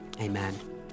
Amen